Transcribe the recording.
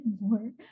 more